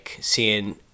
seeing